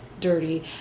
dirty